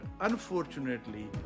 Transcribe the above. unfortunately